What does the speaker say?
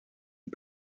die